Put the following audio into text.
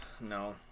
No